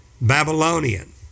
Babylonian